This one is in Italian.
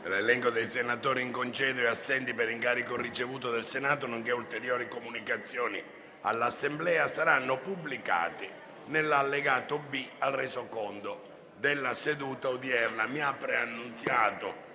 L'elenco dei senatori in congedo e assenti per incarico ricevuto dal Senato, nonché ulteriori comunicazioni all'Assemblea saranno pubblicati nell'allegato B al Resoconto della seduta odierna.